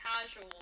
casual